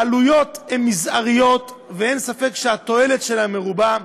העלויות הן מזעריות, ואין ספק שהתועלת שלהן מרובה.